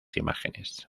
imágenes